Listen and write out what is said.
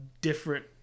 different